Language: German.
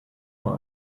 vor